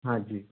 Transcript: हाँ जी